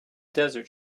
desert